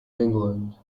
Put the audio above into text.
england